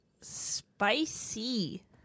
Spicy